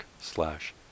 slash